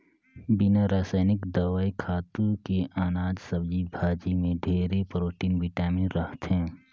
बिना रसइनिक दवई, खातू के अनाज, सब्जी भाजी में ढेरे प्रोटिन, बिटामिन रहथे